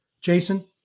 Jason